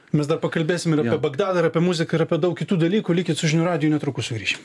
mes dar pakalbėsim ir apie bagdadą ir apie muziką ir apie daug kitų dalykų likit su žinių radiju netrukus sugrįš